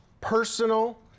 personal